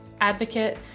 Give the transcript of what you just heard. advocate